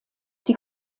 die